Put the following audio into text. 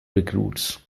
recruits